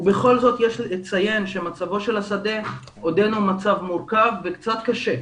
ובכל זאת יש לציין שמצבו של השדה עודנו במצב מורכב וקצת קשה.